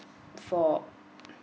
for